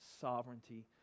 sovereignty